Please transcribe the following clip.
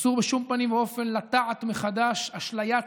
אסור בשום פנים ואופן לטעת מחדש אשליית